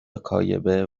کاگب